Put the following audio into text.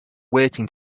waiting